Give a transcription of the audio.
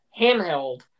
handheld